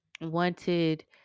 wanted